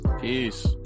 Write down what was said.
Peace